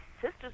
sisters